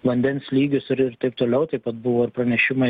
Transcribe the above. vandens lygius ir ir taip toliau taip pat buvo ir pranešimai